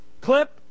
clip